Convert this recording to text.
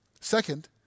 Second